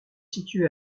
situé